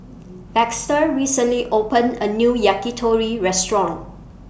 Baxter recently opened A New Yakitori Restaurant